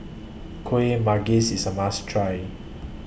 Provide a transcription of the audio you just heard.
Kuih Manggis IS A must Try